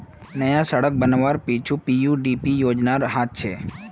नया सड़क बनवार पीछू पीएफडीपी योजनार हाथ छेक